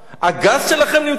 הגז שלכם נמצא ברחוב?